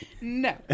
No